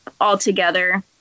altogether